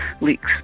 leaks